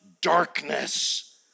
darkness